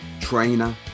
trainer